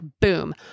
boom